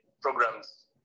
programs